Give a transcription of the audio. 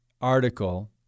article